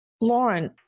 Lauren